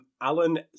Alan